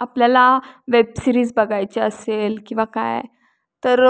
आपल्याला web series बघायची असेल किंवा काय तर